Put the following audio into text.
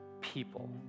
people